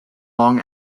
long